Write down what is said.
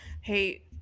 hey